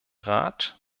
rat